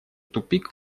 тупик